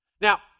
Now